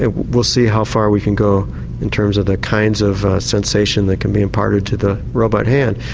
ah we'll see how far we can go in terms of the kinds of sensation that can be imparted to the robot hand.